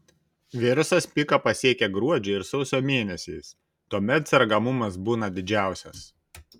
virusas piką pasiekią gruodžio ir sausio mėnesiais tuomet sergamumas būna didžiausias